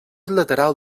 lateral